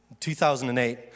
2008